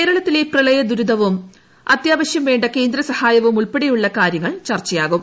കേരളത്തിലെ പ്രളയ ദുരന്തവും അത്യാവശ്യം വേണ്ട കേന്ദ്ര സഹായവും ഉൾപ്പെടെയുള്ള കാര്യങ്ങൾ ചർച്ചയാവും